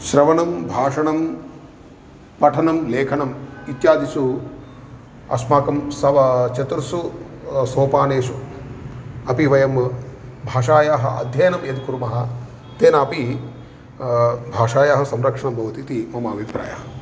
श्रवणं भाषणं पठनं लेखनं इत्यादिषु अस्माकं स्व चतुर्षु सोपानेषु अपि वयं भाषायाः अध्ययनं यत् कुर्मः तेनापि भाषायाः संरक्षणं भवतीति मम अभिप्रायः